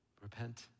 Repent